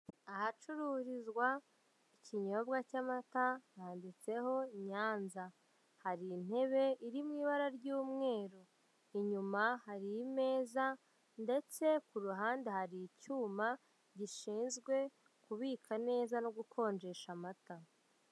Ahacururizwa ikinyobwa cy'amata handitseho Nyanza. Hari inteb iri mu ibara ry'umweru, inyuma hari imeza ndetse ku ruhande hari icyuma gishinzwe kubika neza no gukonjesha amata.